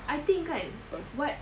I think kan what